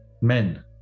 men